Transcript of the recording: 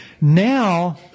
Now